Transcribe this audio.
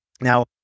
Now